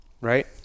right